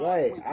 Right